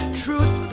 truth